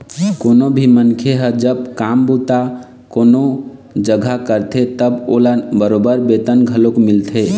कोनो भी मनखे ह जब काम बूता कोनो जघा करथे तब ओला बरोबर बेतन घलोक मिलथे